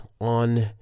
on